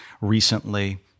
recently